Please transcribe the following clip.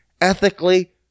ethically